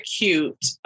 cute